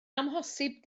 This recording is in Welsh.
amhosib